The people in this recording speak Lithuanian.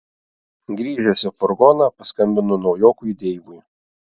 grįžęs į furgoną paskambinu naujokui deivui